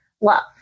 love